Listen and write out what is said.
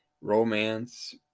romance